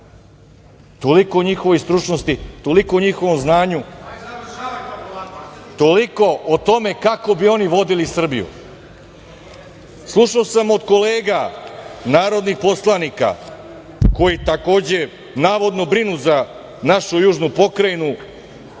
Toliko o njihovoj stručnosti, toliko o njihovom znanju, toliko o tome kako bi oni vodili Srbiju. Slušao sam od kolega narodnih poslanika koji takođe navodno brinu za našu južnu pokrajinu